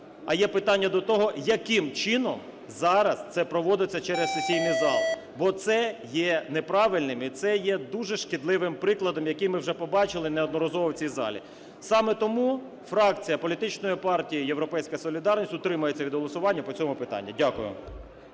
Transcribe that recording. а є питання до того, яким чином зараз це проводиться через сесійний зал. Бо це є неправильним і це є дуже шкідливим прикладом, який ми вже побачили неодноразово в цій залі. Саме тому фракція політичної партії "Європейська солідарність" утримається від голосування по цьому питанню. Дякую.